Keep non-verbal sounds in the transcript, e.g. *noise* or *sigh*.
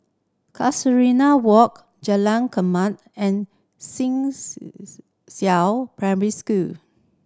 Casuarina Walk Jalan *unintelligible* and *unintelligible* Xishan Primary School